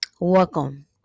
Welcome